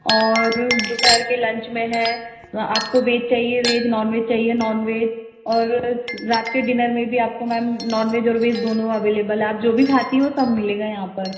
और दोपहर के लंच में है आपको वेज चाहिए वेज नॉनवेज चाहिए नॉनवेज और रात के डिनर में भी आपको मैम नॉनवेज और वेज दोनों अवेलेबल है आप जो भी खाती है वो सब मिलेगा यहाँ पर